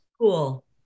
Cool